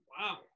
wow